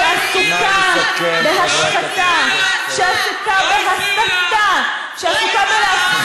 שעסוקה בהשחתה, לא הפריעו לה.